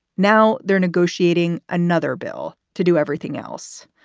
now they're negotiating another bill to do everything else.